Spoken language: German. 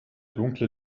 dunkle